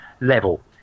level